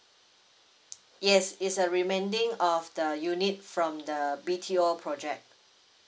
yes it's a remaining of the unit from the B_T_O project